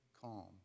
calm